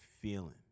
feeling